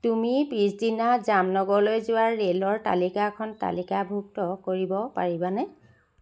তুমি পিছদিনা জামনগৰলৈ যোৱা ৰে'লৰ তালিকাখন তালিকাভুক্ত কৰিব পাৰিবানে